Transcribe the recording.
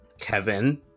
Kevin